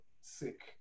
sick